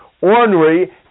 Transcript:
ornery